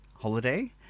holiday